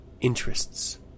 interests